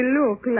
look